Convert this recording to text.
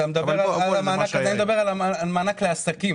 אני מדבר על עסקים